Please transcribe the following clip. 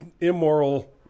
immoral